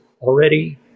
already